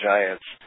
Giants